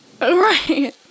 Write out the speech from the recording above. Right